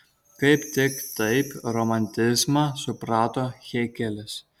kaip tik taip romantizmą suprato hėgelis